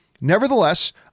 Nevertheless